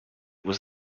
was